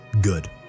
Good